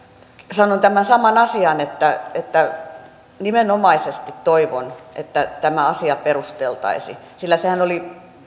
sanon tämän saman asian että nimenomaisesti toivon että tämä asia perusteltaisiin sillä sehän oli